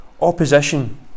opposition